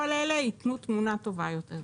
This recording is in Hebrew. כל אלה יתנו תמונה טובה יותר,